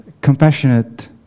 compassionate